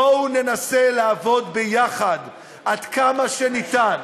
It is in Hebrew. בואו ננסה לעבוד ביחד עד כמה שניתן,